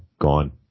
gone